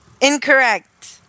Incorrect